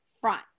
front